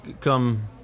come